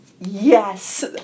yes